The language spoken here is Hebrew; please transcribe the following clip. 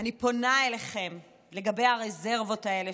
אני פונה אליכם לגבי הרזרבות האלה,